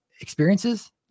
experiences